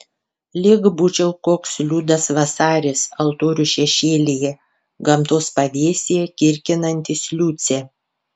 lyg būčiau koks liudas vasaris altorių šešėlyje gamtos pavėsyje kirkinantis liucę